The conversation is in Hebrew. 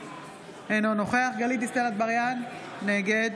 אינו נוכח גלית דיסטל אטבריאן, נגד